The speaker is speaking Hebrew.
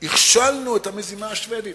הכשלנו את המזימה השבדית.